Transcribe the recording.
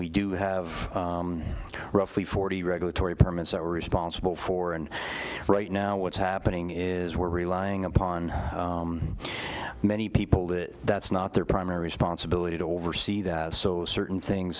we do have roughly forty regulatory permits that were responsible for and right now what's happening is we're relying upon many people that that's not their primary responsibility to oversee that so certain things